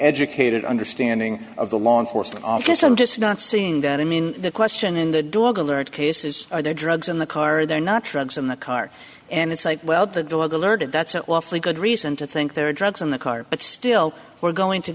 educated understanding of the law enforced i'm just i'm just not seeing that i mean the question in the dog alert case is are there drugs in the car or they're not trucks in the car and it's like well the dog alerted that's an awfully good reason to think there are drugs in the car but still we're going to